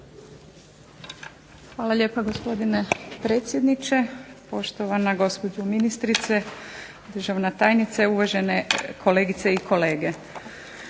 Hvala lijepa gospodine predsjedniče, poštovana gospođo ministrice, državna tajnice, uvažene kolegice i kolege.